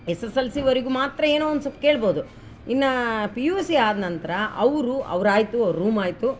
SSLC ವರೆಗು ಮಾತ್ರ ಏನೊ ಒಂದು ಸ್ವಲ್ಪ್ ಕೇಳ್ಬೌದು ಇನ್ನು ಪಿ ಯು ಸಿ ಆದನಂತ್ರ ಅವರು ಅವರಾಯ್ತು ಅವ್ರ ರೂಮ್ ಆಯಿತು